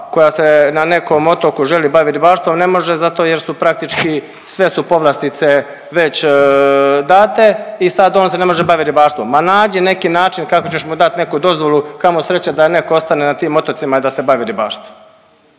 koja se na nekom otoku želi bavit ribarstvom ne može zato jer su praktički sve su povlastice već date i sad on se ne može bavit ribarstvom i sad on se ne može baviti ribarstvom. Ma nađi neki način kako ćeš mu dat neku dozvolu kamo sreće da neko ostane na tim otocima i da se bavi ribarstvom.